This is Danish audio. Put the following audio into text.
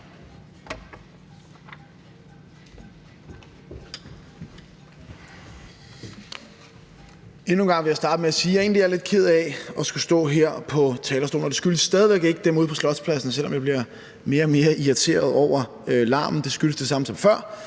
Endnu en gang vil jeg starte med at sige, at jeg egentlig er lidt ked af at skulle stå her på talerstolen, og det skyldes stadig væk ikke dem ude på Slotspladsen, selv om jeg bliver mere og mere irriteret over larmen. Det skyldes det samme, som det